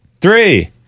Three